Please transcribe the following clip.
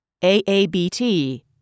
AABT